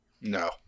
No